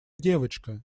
девочка